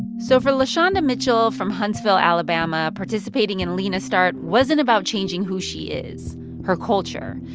so for lashonda mitchell from huntsville, ala, but um ah participating in lena start wasn't about changing who she is her culture.